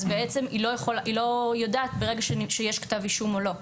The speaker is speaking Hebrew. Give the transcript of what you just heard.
היא לא יודעת ברגע שיש כתב אישום או לא.